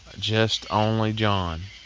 just only john.